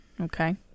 Okay